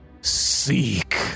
seek